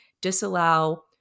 disallow